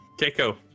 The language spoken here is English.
Keiko